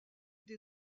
des